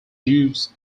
dues